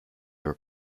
were